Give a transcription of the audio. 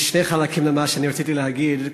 יש שני חלקים למה שאני רציתי להגיד.